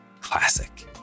Classic